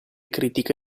critiche